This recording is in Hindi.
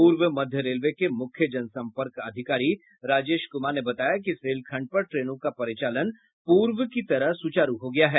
पूर्व मध्य रेलवे के मुख्य जनसंपर्क अधिकारी राजेश कुमार ने बताया कि इस रेल खंड पर ट्रेनों का परिचालन पूर्व की तरह सुचारू हो गया है